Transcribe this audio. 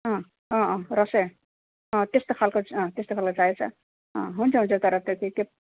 रसै त्यस्तो खालको त्यस्तो खालको चाहिएको छ हुन्छ हुन्छ तर त्यो दुई